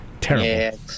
Terrible